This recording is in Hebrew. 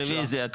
רביזיה,